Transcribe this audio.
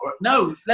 no